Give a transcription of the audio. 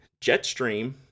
Jetstream